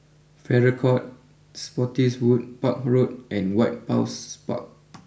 Farrer court Spottiswoode Park Road and White house Park